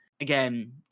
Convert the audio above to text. again